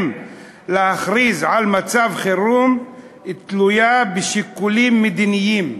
להכריז על מצב חירום תלויה בשיקולים מדיניים.